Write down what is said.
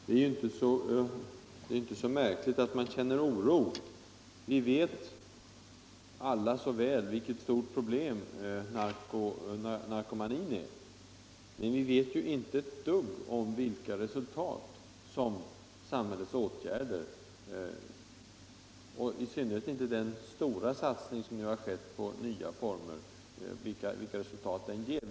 Herr talman! Det är inte så märkligt att man känner oro. Vi vet alla så väl vilket stort problem narkomanin är, men vi vet inte vilka resultat som samhällets åtgärder och den stora satsningen på nya vårdformer ger.